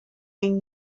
این